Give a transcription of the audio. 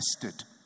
tested